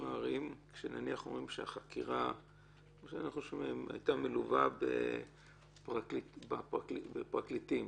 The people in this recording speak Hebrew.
נניח שהחקירה הייתה מלווה בפרקליטים